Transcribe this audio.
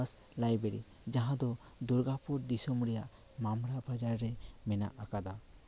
library ᱡᱟᱦᱟᱸᱫᱚ ᱫᱩᱨᱜᱟᱯᱩᱨ ᱫᱤᱥᱚᱢ ᱨᱮᱭᱟᱜ ᱢᱟᱢᱲᱟ ᱵᱟᱡᱟᱨ ᱨᱮ ᱢᱮᱱᱟᱜ ᱟᱠᱟᱫᱟ